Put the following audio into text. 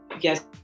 yes